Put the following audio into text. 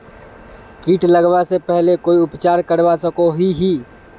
किट लगवा से पहले कोई उपचार करवा सकोहो ही?